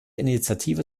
initiative